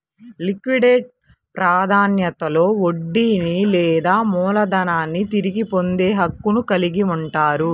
liquidate ప్రాధాన్యతలో వడ్డీని లేదా మూలధనాన్ని తిరిగి పొందే హక్కును కలిగి ఉంటారు